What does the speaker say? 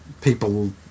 people